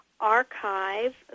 archive